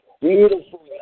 Beautiful